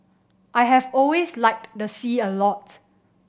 I have always liked the sea a lot